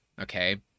Okay